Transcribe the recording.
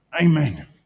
Amen